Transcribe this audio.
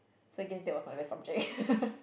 so I guess that was my best subject